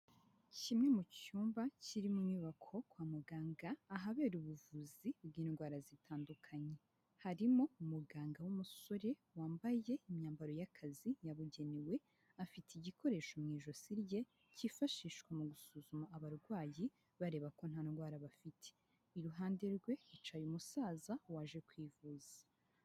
Kimwe mu cyumba kiri mu nyubako kwa muganga ahabera ubuvuzi bw'indwara zitandukanye, harimo umuganga w'umusore wambaye imyambaro y'akazi yabugenewe, afite igikoresho mu ijosi rye kifashishwa mu gusuzuma abarwayi bareba ko nta ndwara bafite, iruhande rwe hicaye umusaza waje kwivuza.